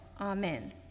amen